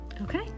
Okay